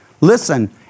Listen